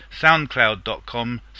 soundcloud.com